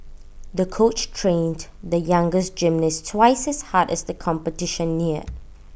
the coach trained the young girls gymnast twice as hard as the competition neared